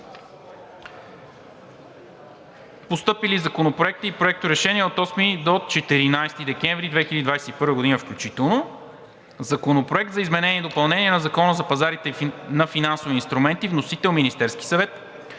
Постъпили законопроекти и проекторешения от 8 до 14 декември 2021 г. включително: Законопроект за изменение и допълнение на Закона за пазарите на финансови инструменти. Вносител – Министерският съвет.